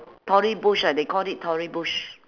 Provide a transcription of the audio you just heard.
tory burch ah they called it tory burch